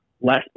less